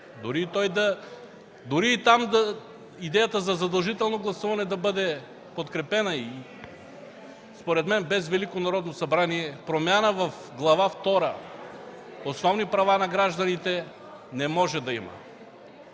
дори там идеята за задължително гласуване да бъде подкрепена и, според мен, без Велико Народно събрание промяна в Глава втора „Основни права на гражданите” не може да има.